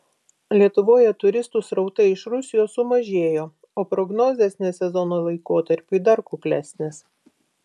lietuvoje turistų srautai iš rusijos sumažėjo o prognozės ne sezono laikotarpiui dar kuklesnės